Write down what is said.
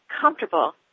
comfortable